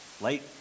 Late